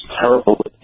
terrible